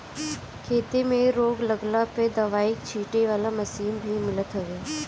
खेते में रोग लागला पअ दवाई छीटे वाला मशीन भी मिलत हवे